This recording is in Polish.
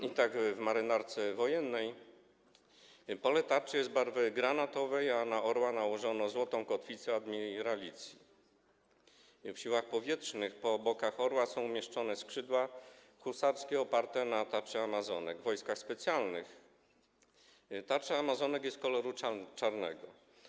I tak: w Marynarce Wojennej pole tarczy jest barwy granatowej, a na orła nałożono złotą kotwicę admiralicji, w Siłach Powietrznych po bokach orła są umieszczone skrzydła husarskie oparte na tarczy amazonek, w Wojskach Specjalnych tarcza amazonek jest koloru czarnego.